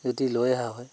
যদি লৈ অহা হয়